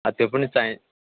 अब त्यो पनि चाहिन्छ